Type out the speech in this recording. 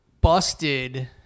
busted